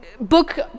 book